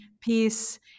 peace